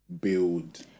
build